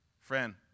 Friend